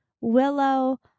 Willow